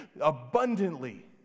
abundantly